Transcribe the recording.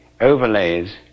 overlays